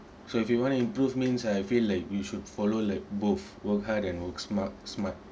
so if you want to improve means I feel like we should follow like both work hard and work smart smart